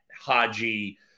Haji